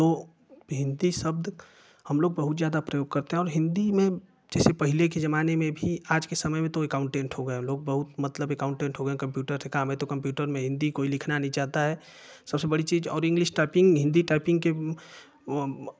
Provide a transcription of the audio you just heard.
तो हिन्दी शब्द हम लोग बहुत ज्यादा प्रयोग करते हैं और हिन्दी में जैसे पहले के ज़माने में भी आज के समय में तो एकाउन्टेन्ट हो गए अब लोग बहुत मतलब एकाउन्टेन्ट हो गए कंप्युटर से काम है तो कंप्युटर में हिन्दी कोई लिखना नही चाहता हैं सबसे बड़ी चीज़ और इंगलिश टाईपिंग हिन्दी टाईपिंग के वो